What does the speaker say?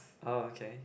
oh okay